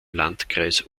landkreis